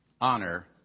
Honor